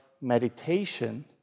meditation